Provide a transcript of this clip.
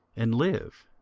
and live?